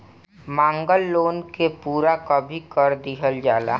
मांगल लोन के पूरा कभी कर दीहल जाला